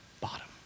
bottom